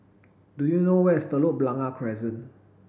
do you know where is Telok Blangah Crescent